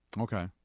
okay